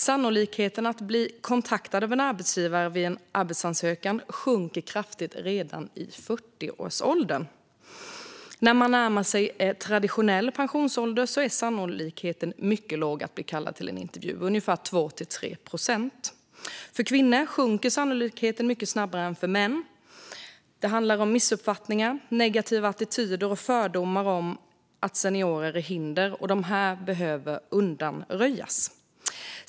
Sannolikheten att bli kontaktad av en arbetsgivare vid en arbetsansökan sjunker kraftigt redan i 40-årsåldern. När man närmar sig traditionell pensionsålder är sannolikheten att bli kallad till intervju mycket låg, ungefär 2-3 procent. För kvinnor sjunker sannolikheten mycket snabbare än för män. Det handlar om missuppfattningar, negativa attityder och fördomar om att seniorer är hinder. Allt detta behöver undanröjas.